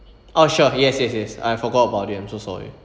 oh sure yes yes yes I forgot about it I'm so sorry